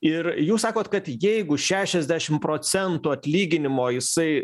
ir jūs sakot kad jeigu šešiasdešim procentų atlyginimo jisai